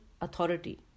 authority